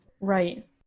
Right